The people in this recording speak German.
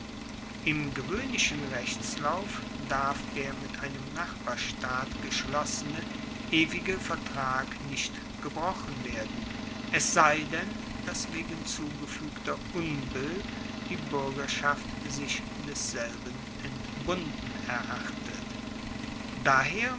im gewoehnlichen rechtslauf darf der mit einem nachbarstaat geschlossene ewige vertrag nicht gebrochen werden es sei denn dass wegen zugefuegter unbill die buergerschaft sich desselben entbunden erachtet daher